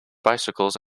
bicycles